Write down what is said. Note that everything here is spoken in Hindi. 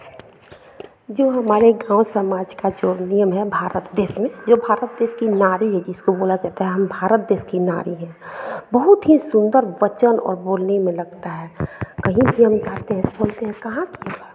जो हमारे गाँव समाज का जो नियम है भारत देश में जो भारत देश की नारी जिसको बोला जाता है हम भारत देश की नारी हैं बहुत ही सुन्दर वचन और बोलने में लगता है कहीं भी हम जाते हैं तो बोलते हैं कहाँ की हो